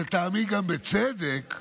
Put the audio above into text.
לטעמי גם בצדק,